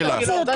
תוציא אותי.